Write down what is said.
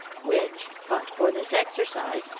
which, but for this exercise,